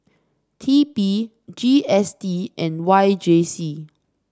T P G S T and Y J C